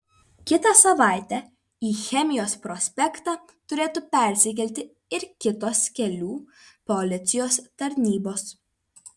kitą savaitę į chemijos prospektą turėtų persikelti ir kitos kelių policijos tarnybos